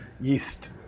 yeast